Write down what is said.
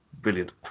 Brilliant